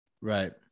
Right